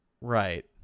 right